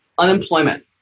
Unemployment